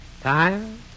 Time